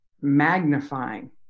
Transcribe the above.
magnifying